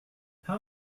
how